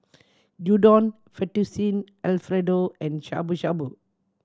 Udon Fettuccine Alfredo and Shabu Shabu